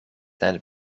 and